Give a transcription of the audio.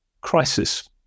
crisis